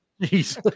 Jesus